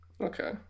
Okay